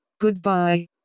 Goodbye